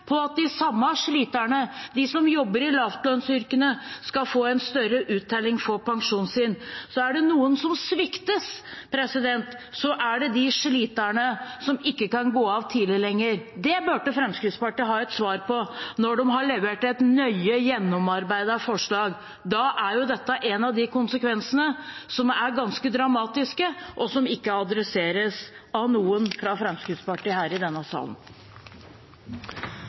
på at de samme sliterne, de som jobber i lavlønnsyrkene, skal få en større uttelling på pensjonen sin. Så er det noen som sviktes, er det de sliterne som ikke kan gå av tidlig lenger. Det burde Fremskrittspartiet ha et svar på når de har levert et nøye gjennomarbeidet forslag. Da er jo dette en av de konsekvensene som er ganske dramatiske, og som ikke adresseres av noen fra Fremskrittspartiet her i denne salen.